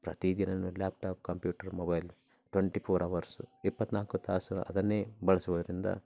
ಪ್ರತಿ ದಿನವು laptop computer mobile twenty four hours ಇಪ್ಪತ್ನಾಲ್ಕು ತಾಸು ಅದನ್ನೇ ಬಳಸುವುದರಿಂದ